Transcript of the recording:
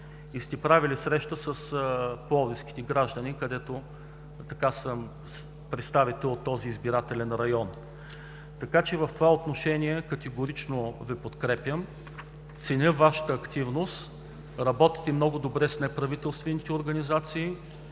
и сте правили срещи с пловдивските граждани, където съм представител от този избирателен район. В това отношение категорично Ви подкрепям. Ценя Вашата активност. Работите много добре с неправителствените организации,